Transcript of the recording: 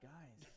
Guys